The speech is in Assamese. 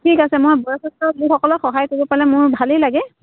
ঠিক আছে মই বয়সস্থ লোকসকলক সহায় কৰিব পালে মোৰ ভালেই লাগে